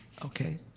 okay.